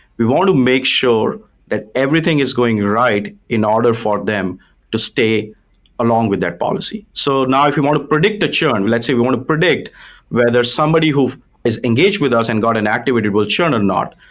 we want to make sure that everything is going right in order for them to stay along with their policy so now if you want to predict the churn, let's say we want to predict whether somebody who is engaged with us and got an activity will churn or not,